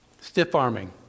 stiff-arming